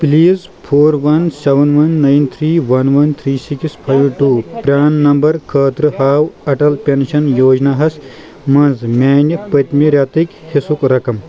please four one seven one nine three one one three six five two پران number خٲطرٕ ہاو Atal pension یوجنا ہَس مَنٛز میانہِ پٔتمہِ رٮ۪تٕکۍ حصسُک رقم